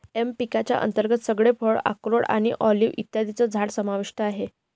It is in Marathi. एम पिकांच्या अंतर्गत सगळे फळ, अक्रोड आणि ऑलिव्ह इत्यादींची झाडं समाविष्ट आहेत